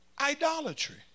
Idolatry